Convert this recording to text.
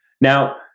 Now